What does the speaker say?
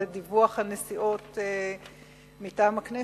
וזה דיווח על נסיעות מטעם הכנסת.